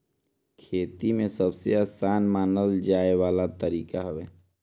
खेती में सबसे आसान मानल जाए वाला तरीका हवे